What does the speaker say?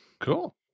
Cool